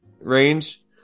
range